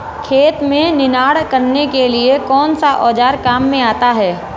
खेत में निनाण करने के लिए कौनसा औज़ार काम में आता है?